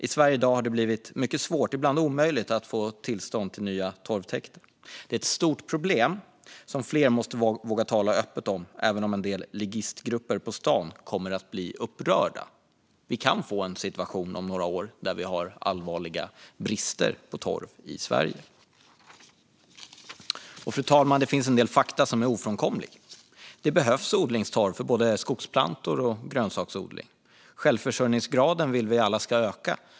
I Sverige har det i dag blivit mycket svårt, ibland omöjligt, att få tillstånd för nya torvtäkter. Det är ett stort problem som fler måste våga tala öppet om, även om en del ligistgrupper på stan kommer att bli upprörda. Vi kan om några år få en situation med allvarlig brist på torv i Sverige. Fru talman! Det finns en del fakta som är ofrånkomlig. Odlingstorv behövs för både skogsplantor och grönsaksodling. Vi vill alla att självförsörjningsgraden ska öka.